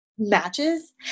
Matches